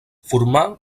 formar